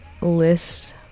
list